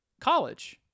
college